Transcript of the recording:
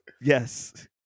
Yes